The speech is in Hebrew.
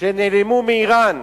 שנעלמו מאירן,